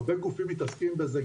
הרבה גופים מתעסקים בזה.